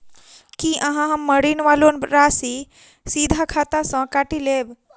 की अहाँ हम्मर ऋण वा लोन राशि सीधा खाता सँ काटि लेबऽ?